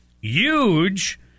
huge